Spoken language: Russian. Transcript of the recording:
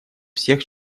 всех